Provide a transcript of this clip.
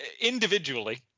individually